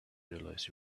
realize